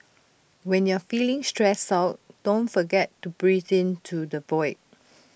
when you are feeling stressed out don't forget to breathe into the void